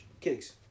kicks